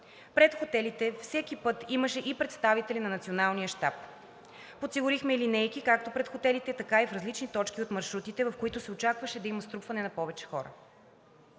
Пред хотелите всеки път имаше и представители на Националния щаб. Подсигурихме линейки както пред хотелите, така и в различни точки от маршрутите, в които се очакваше да има струпване на повече хора.